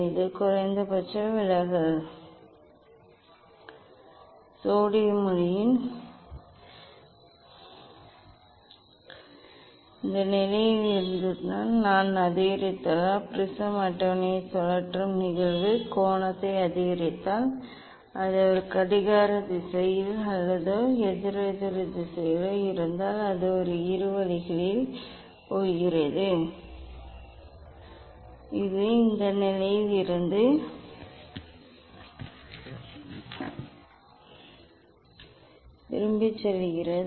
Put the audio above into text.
இது குறைந்தபட்ச விலகல் நிலை இந்த நிலையில் இருந்து நான் அதிகரித்தால் ப்ரிஸம் அட்டவணையைச் சுழற்றும் நிகழ்வு கோணத்தை அதிகரித்தால் அது ஒரு கடிகார திசையிலோ அல்லது எதிரெதிர் திசையிலோ இருந்தால் அது இரு வழிகளிலும் போகிறது இது இந்த நிலையில் இருந்து திரும்பிச் செல்கிறது